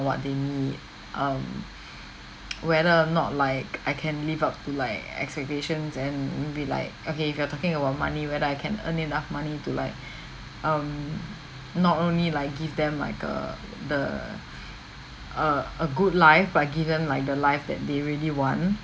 what they need um whether or not like I can live up to like expectations and be like okay if you are talking about money whether I can earn enough money to like um not only like give them like err the a a good life but give them like the life that they really want